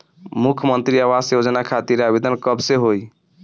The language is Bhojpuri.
मुख्यमंत्री आवास योजना खातिर आवेदन कब से होई?